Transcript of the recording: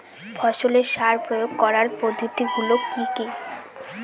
ফসলের সার প্রয়োগ করার পদ্ধতি গুলো কি কি?